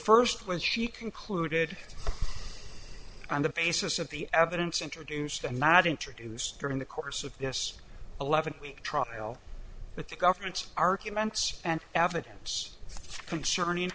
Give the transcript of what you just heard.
first was she concluded on the basis of the evidence introduced and not introduced during the course of this eleven week trial that the government's arguments and evidence concerning